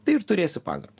tai ir turėsiu pagarbą